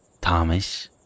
Thomas